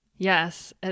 Yes